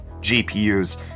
gpus